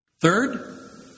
Third